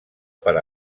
per